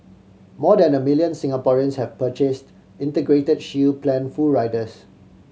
more than the million Singaporeans have purchased Integrated Shield Plan full riders